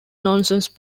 nonsense